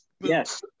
yes